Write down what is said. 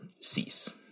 cease